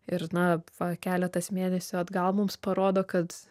ir na va keletas mėnesių atgal mums parodo kad